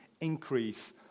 increase